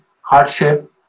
hardship